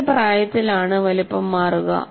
ഏത് പ്രായത്തിലാണ് വലുപ്പം മാറുക